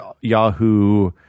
Yahoo